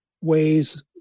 ways